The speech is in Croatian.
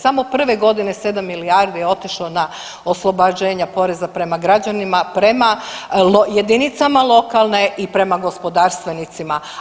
Samo prve godine 7 milijardi je otišlo na oslobođenja poreza prema građanima, prema jedinicama lokalne i prema gospodarstvenicima.